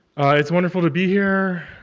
it's wonderful to be here.